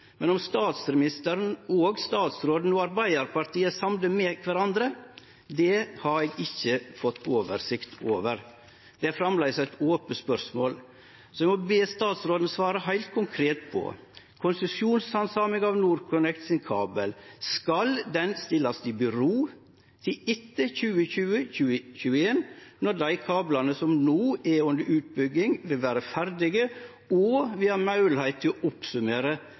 men om statsministeren, statsråden og Arbeidarpartiet er samde med kvarandre, har eg ikkje fått oversikt over. Det er framleis eit ope spørsmål. Så eg må be statsråden svare heilt konkret på dette: Skal konsesjonshandsaminga av NorthConnects kabel vente til etter 2021, når dei kablane som no er under utbygging, vil vere ferdige, og vi har moglegheit til å